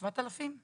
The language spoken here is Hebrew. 7,000?